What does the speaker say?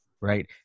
right